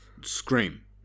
Scream